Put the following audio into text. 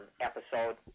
episode